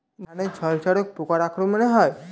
ধানের ঝলসা রোগ পোকার আক্রমণে হয়?